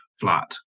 flat